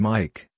Mike